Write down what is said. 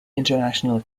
international